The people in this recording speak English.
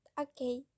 Okay